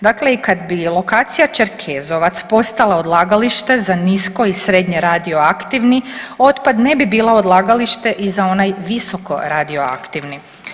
Dakle, kad bi i lokacija Čerkezovac postala odlagalište za nisko i srednjeaktivni otpad ne bi bila odlagalište i za onaj visokoradioaktivni.